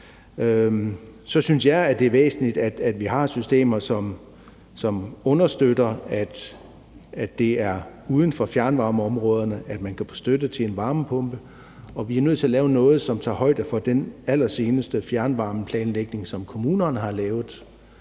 Så synes jeg, at det er væsentligt, at vi har systemer, som understøtter, at det er uden for fjernvarmeområderne, at man kan få støtte til en varmepumpe. Vi er nødt til at lave noget, som tager højde for den allerseneste fjernvarmeplanlægning, som kommunerne har lavet.